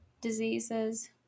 diseases